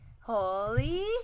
Holy